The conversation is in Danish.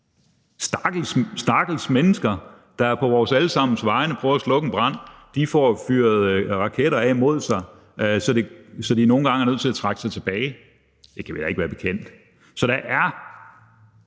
stakkels mennesker, der på vores alle sammens vegne prøver at slukke en brand, får fyret raketter af mod sig, så de nogle gange er nødt til at trække sig tilbage. Det kan vi da ikke være bekendt. Så der er,